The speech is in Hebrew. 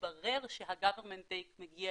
ויתברר שה-government take מגיע